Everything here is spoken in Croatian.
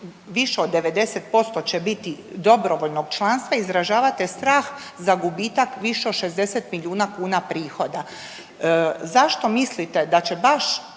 više od 90% će biti dobrovoljnog članstva izražavate strah za gubitak više od 60 milijuna kuna prihoda. Zašto mislite da će baš